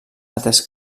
atès